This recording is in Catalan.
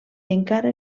encara